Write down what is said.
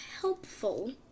helpful